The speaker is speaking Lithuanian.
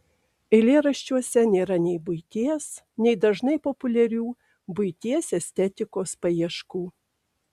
eilėraščiuose nėra nei buities nei dažnai populiarių buities estetikos paieškų